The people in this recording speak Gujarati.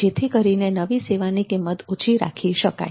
જેથી કરીને નવી સેવાની કિંમત ઓછી રાખી શકાય